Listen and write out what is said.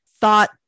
thought